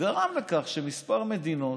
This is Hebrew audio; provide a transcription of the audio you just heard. גרם לכך שכמה מדינות,